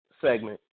segment